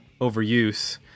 overuse